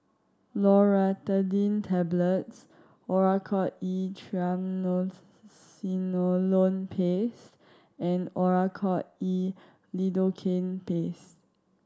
Loratadine Tablets Oracort E Triamcinolone Paste and Oracort E Lidocaine Paste